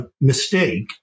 mistake